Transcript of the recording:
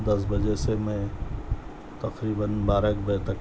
دس بجے سے میں تقریباً بارہ ایک بجے تک